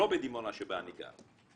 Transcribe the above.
לא בדימונה שבה אני גר,